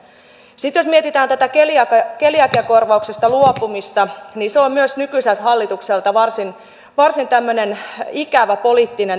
sitten jos mietitään tätä keliakiakorvauksesta luopumista niin se on myös nykyiseltä hallitukselta varsin ikävä tämmöinen poliittinen arvovalinta